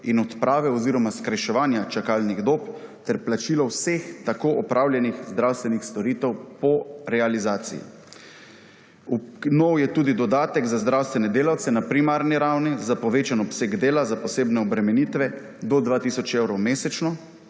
in odprave oziroma skrajševanja čakalnih dob ter plačilo vseh tako opravljenih zdravstvenih storitev po realizaciji. Nov je tudi dodatek za zdravstvene delavce na primarni ravni, za povečan obseg dela, za posebne obremenitve do 2 tisoč evrov mesečno,